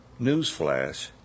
Newsflash